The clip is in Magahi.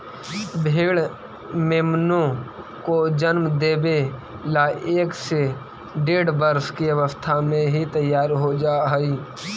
भेंड़ मेमनों को जन्म देवे ला एक से डेढ़ वर्ष की अवस्था में ही तैयार हो जा हई